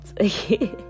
okay